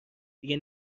دیگه